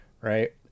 right